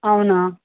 అవునా